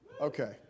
Okay